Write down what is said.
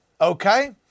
Okay